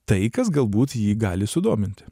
tai kas galbūt jį gali sudominti